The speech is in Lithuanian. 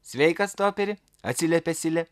sveikas toperi atsiliepė silė